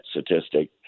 statistic